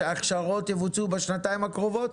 שההכשרות יבוצעו בשנתיים הקרובות?